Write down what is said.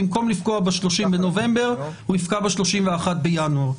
במקום שיפקע ב-30 בנובמבר הוא יפקע ב-31 בינואר.